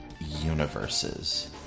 universes